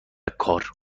کار